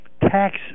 tax